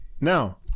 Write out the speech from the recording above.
Now